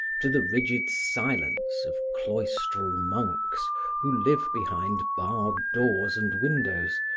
to the rigid silence of cloistral monks who live behind barred doors and windows,